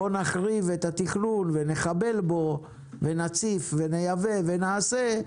בוא נחריב את התכנון ונחבל בו ונציף ונייבא ונעשה,